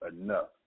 enough